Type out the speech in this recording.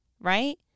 right